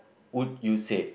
would you save